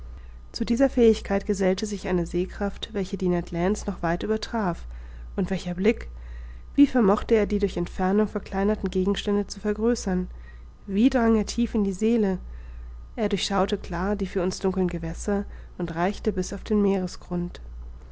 zu dieser fähigkeit gesellte sich eine sehkraft welche die ned lands noch weit übertraf und welcher blick wie vermochte er die durch entfernung verkleinerten gegenstände zu vergrößern wie drang er tief in die seele er durchschaute klar die für uns dunkeln gewässer und reichte bis auf den meeresgrund